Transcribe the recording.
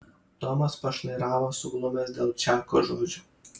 tomas pašnairavo suglumęs dėl čako žodžių